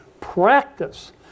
practice